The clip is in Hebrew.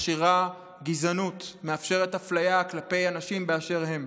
מכשירה גזענות ומאפשרת אפליה כלפי אנשים באשר הם.